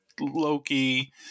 Loki